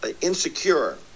insecure